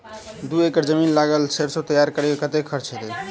दू एकड़ जमीन मे लागल सैरसो तैयार करै मे कतेक खर्च हेतै?